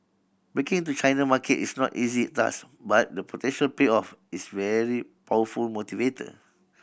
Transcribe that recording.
breaking into China market is no easy task but the potential payoff is very powerful motivator